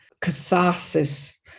catharsis